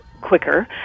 quicker